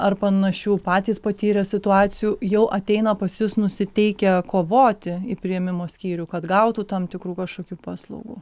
ar panašių patys patyrę situacijų jau ateina pas jus nusiteikę kovoti į priėmimo skyrių kad gautų tam tikrų kažkokių paslaugų